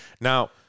Now